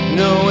no